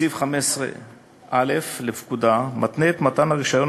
סעיף 15א לפקודה מתנה את מתן רישיון